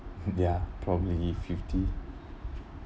ya probably fifty